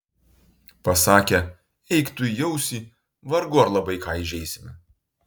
pasakę eik tu į ausį vargu ar labai ką įžeisime